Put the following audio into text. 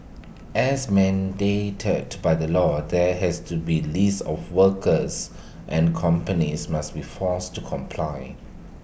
as mandated by the law there has to be A list of workers and companies must be forced to comply